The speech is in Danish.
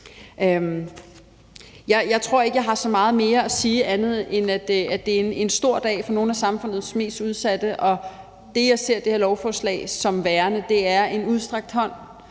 Jeg tror ikke, jeg har så meget andet at sige, end at det er en stor dag for nogle af samfundets mest udsatte. Jeg ser det her lov forslag som værende en udstrakt hånd